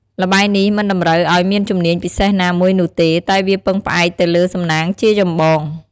ល្បែងនេះមិនតម្រូវឱ្យមានជំនាញពិសេសណាមួយនោះទេតែវាពឹងផ្អែកទៅលើសំណាងជាចម្បង។